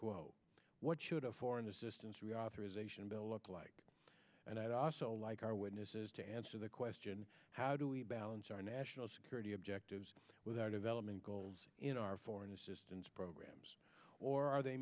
quo what should a foreign assistance reauthorization bill look like and i'd also like our witnesses to answer the question how do we balance our national security objectives with our development goals in our foreign assistance or are they